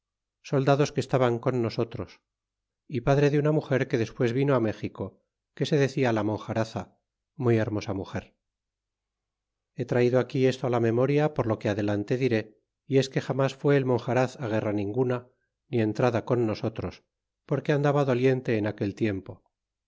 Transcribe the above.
soldados que estaban con nosotros y padre de una mugar que despues vino méxico que se decía la monjaraza muy hermosa mugen ile traido aquí esto á la memoria por lo que adelante diré y es que jamas fué el monjaraz á guerra ninguna ni entrada con nosotros porque andaba doliente en aquel tiempo